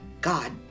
God